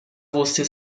você